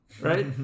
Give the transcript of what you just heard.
right